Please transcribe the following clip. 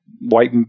white